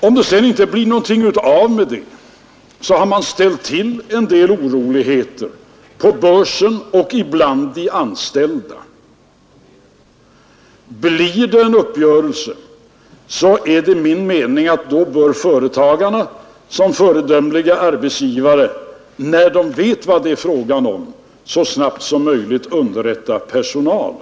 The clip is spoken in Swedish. Om det sedan inte blir något av, har man ställt till en del oroligheter på börsen och bland de anställda. Om en uppgörelse kommer till stånd, bör företagsledningarna enligt min mening som föredömliga arbetsgivare — när de vet vad det är fråga om — så snabbt som möjligt underrrätta personalen.